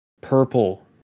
purple